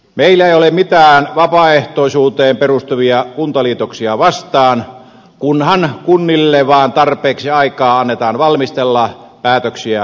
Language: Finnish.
meillä ei ole mitään vapaaehtoisuuteen perustuvia kuntaliitoksia vastaan kunhan kunnille vaan annetaan tarpeeksi aikaa valmistella päätöksiä huolellisesti